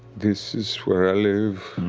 this is where i live.